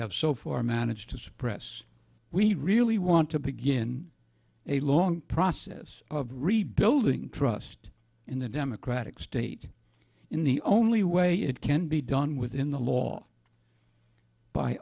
have so far managed to suppress we really want to begin a long process of rebuilding trust in a democratic state in the only way it can be done within the law by